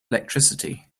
electricity